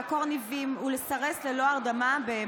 לעקור ניבים ולסרס בהמות ללא הרדמה.